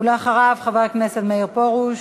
אחריו חבר הכנסת מאיר פרוש.